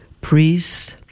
Priests